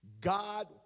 God